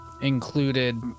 included